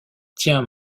tiens